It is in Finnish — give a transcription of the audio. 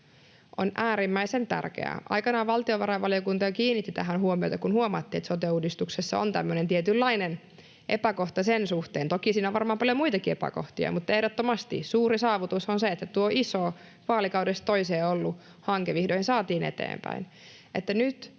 on äärimmäisen tärkeää. Aikanaan valtiovarainvaliokunta jo kiinnitti tähän huomiota, kun huomattiin, että sote-uudistuksessa on tämmöinen tietynlainen epäkohta sen suhteen. Toki siinä varmaan on paljon muitakin epäkohtia, mutta ehdottomasti suuri saavutus on se, että tuo iso, vaalikaudesta toiseen ollut hanke vihdoin saatiin eteenpäin. Nyt